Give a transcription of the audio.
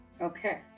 Okay